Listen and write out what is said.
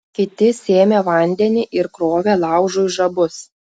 kiti sėmė vandenį ir krovė laužui žabus